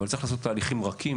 אבל צריך לעשות תהליכים רכים,